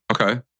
Okay